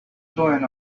join